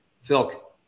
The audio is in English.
Phil